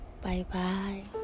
Bye-bye